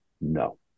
No